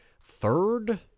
Third